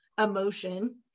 emotion